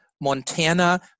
Montana